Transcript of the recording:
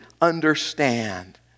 understand